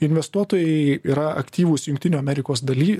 investuotojai yra aktyvūs jungtinių amerikos daly